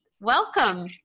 welcome